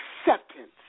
acceptance